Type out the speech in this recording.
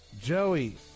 Joey